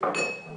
את